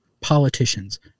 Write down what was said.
politicians